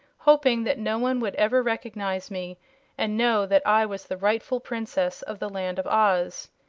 hoping that no one would ever recognize me and know that i was the rightful princess of the land of oz.